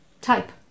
type